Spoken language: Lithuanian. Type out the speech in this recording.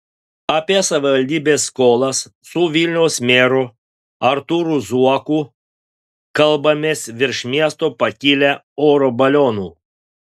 apie savivaldybės skolas su vilniaus meru artūru zuoku kalbamės virš miesto pakilę oro balionu